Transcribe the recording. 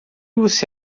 você